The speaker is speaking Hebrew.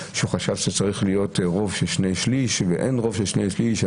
שחשב שצריך להיות רוב של שני שלישים ואין רוב של שני שלישים.